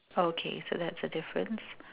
okay so that's a difference